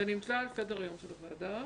זה נמצא על סדר-היום של הוועדה,